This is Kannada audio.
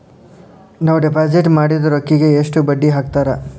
ನಾವು ಡಿಪಾಸಿಟ್ ಮಾಡಿದ ರೊಕ್ಕಿಗೆ ಎಷ್ಟು ಬಡ್ಡಿ ಹಾಕ್ತಾರಾ?